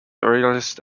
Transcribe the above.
earliest